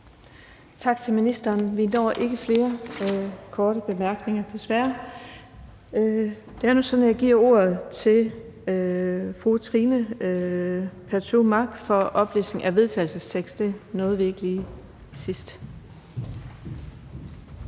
Tak til ministeren. Vi når ikke flere korte bemærkninger, desværre. Det er nu sådan, at jeg giver ordet til fru Trine Pertou Mach for oplæsning af en vedtagelsestekst. Det nåede vi ikke lige sidst.